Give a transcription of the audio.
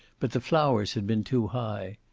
but the flowers had been too high.